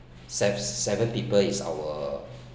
se~ seventy people is our